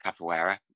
Capoeira